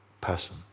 person